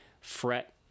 fret